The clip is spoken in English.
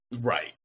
right